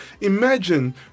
imagine